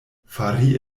fari